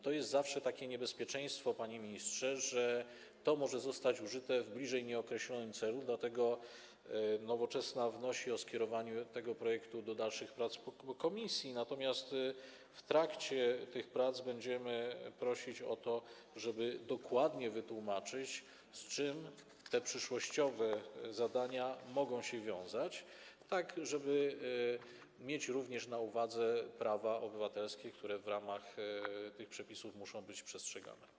Tu jest zawsze takie niebezpieczeństwo, panie ministrze, że może zostać to użyte w bliżej nieokreślonym celu, dlatego Nowoczesna wnosi o skierowanie tego projektu do dalszych prac w komisji, natomiast w trakcie tych prac będziemy prosić o to, żeby dokładnie wytłumaczono, z czym te przyszłościowe zadania mogą się wiązać, tak żeby mieć również na uwadze prawa obywatelskie, które w ramach tych przepisów muszą być przestrzegane.